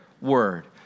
word